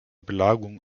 belagerung